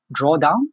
Drawdown